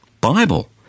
Bible